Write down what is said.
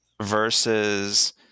versus